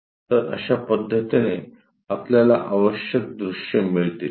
तर अश्या पद्धतीने आपल्याला आवश्यक दृश्ये मिळतील